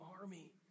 army